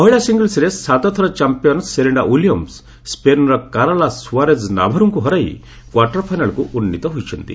ମହିଳା ସିଙ୍ଗଲ୍ସ୍ରେ ସାତ ଥର ଚାମ୍ପିୟନ୍ ସେରିନା ୱିଲିୟମ୍ସ୍ ସ୍ବେନର୍ କାରଲା ସୁଆରେଜ୍ ନାଭାରୁଙ୍କୁ ହରାଇ କ୍ୱାର୍ଟର୍ ପାଇନାଲ୍କୁ ଉନ୍ନୀତ ହୋଇଛନ୍ତି